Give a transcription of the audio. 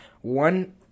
One